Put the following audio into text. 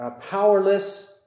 powerless